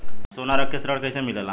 सोना रख के ऋण कैसे मिलेला?